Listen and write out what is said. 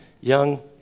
young